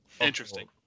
Interesting